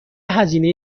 هزینه